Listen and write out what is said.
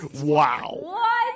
Wow